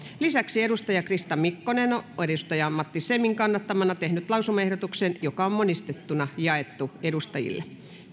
lisäksi krista mikkonen on matti semin kannattamana tehnyt lausumaehdotuksen joka on monistettuna jaettu edustajille